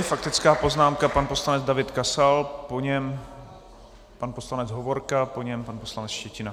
Faktickou poznámku má pan poslanec David Kasal, po něm pan poslanec Hovorka, po něm pan poslanec Štětina.